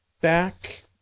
back